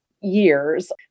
years